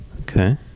Okay